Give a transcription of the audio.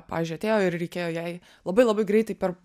pavyzdžiui atėjo ir reikėjo jai labai labai greitai per